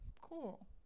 Cool